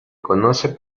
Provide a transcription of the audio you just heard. conoce